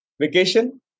Vacation